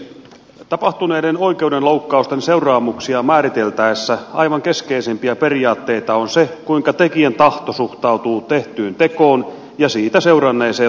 tapahtuneiden oikeuden loukkausten seuraamuksia määriteltäessä aivan keskeisimpiä periaatteita on se kuinka tekijän tahto suhtautuu tehtyyn tekoon ja siitä seuranneeseen lopputulokseen